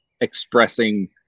expressing